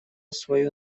свою